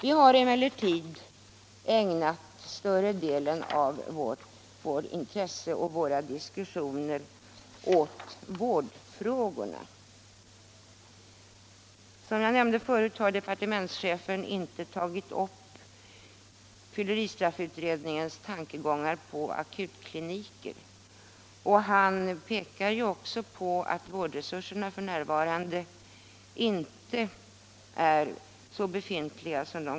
Vi har emellertid ägnat större delen av vårt intresse och våra diskussioner åt vårdfrågorna. Som jag nämnde förut har departementschefen inte tagit upp fylleristraffutredningens tankegångar i fråga om akutkliniker. Han pekar på att vårdresurserna f.n. är otillräckliga.